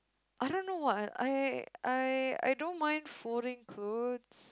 I don't know what I I I I don't mind folding clothes